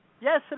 Yes